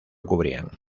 cubrían